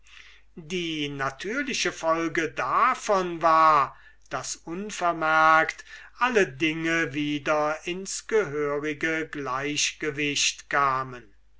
die natürliche folge davon war daß unvermerkt alle dinge wieder ins gehörige gleichgewicht kamen